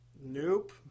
Nope